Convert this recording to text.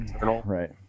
right